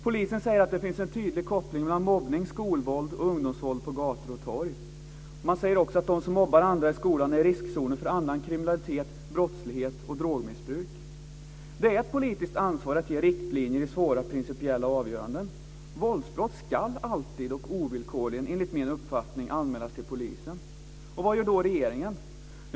Polisen säger att det finns en tydlig koppling mellan mobbning, skolvåld och ungdomsvåld på gator och torg. Man säger också att de som mobbar andra i skolan är i riskzonen för annan kriminalitet, brottslighet och drogmissbruk. Det är ett politiskt ansvar att ge riktlinjer i svåra principiella avgöranden. Våldsbrott ska alltid och ovillkorligen enligt min uppfattning anmälas till polisen. Vad gör då regeringen?